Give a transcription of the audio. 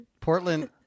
Portland